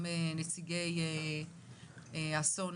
ישנם איתנו גם נציגים ממשפחות ההרוגים באסון